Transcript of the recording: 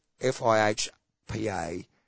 F-I-H-P-A